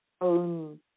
own